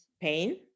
pain